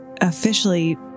officially